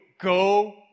go